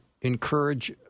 encourage